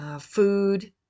food